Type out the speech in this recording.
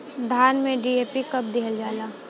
धान में डी.ए.पी कब दिहल जाला?